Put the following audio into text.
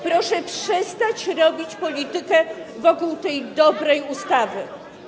Proszę przestać robić politykę wokół tej dobrej ustawy.